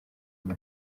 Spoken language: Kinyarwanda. muri